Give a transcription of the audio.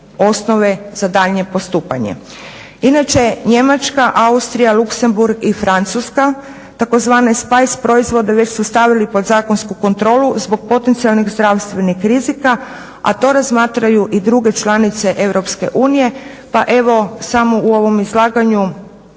osnove za daljnje postupanje. Inače, Njemačka, Austrija, Luxemburg i Francuska tzv. spajs proizvode već su stavili pod zakonsku kontrolu zbog potencijalnih zdravstvenih rizika, a to razmatraju i druge članice EU. Pa evo samo u ovom izlaganju